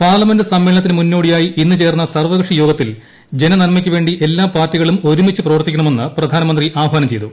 parliament സമ്മേളനത്തിന് മൂന്നോടിയായി ഇന്ന് ചേർന്ന സർവ്വകക്ഷി യോഗത്തിൽ ജനനന്മയ്ക്കൂവ്വേണ്ടി എല്ലാ പാർട്ടികളും ഒരുമിച്ച് പ്രവർത്തിക്കണമെന്ന് പ്രധാനമന്ത്രി ആഹ്വാനം ചെയ്തു